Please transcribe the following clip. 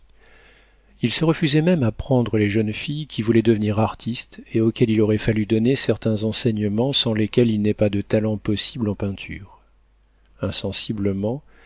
il se refusait même à prendre les jeunes filles qui voulaient devenir artistes et auxquelles il aurait fallu donner certains enseignements sans lesquels il n'est pas de talent possible en peinture